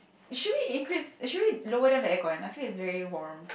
should we increase should we lower down the aircon I feel it's very warm